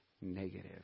negative